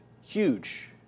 Huge